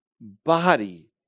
body